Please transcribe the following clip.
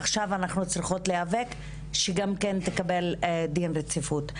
עכשיו אנחנו צריכות להיאבק שהוא יקבל דין רציפות.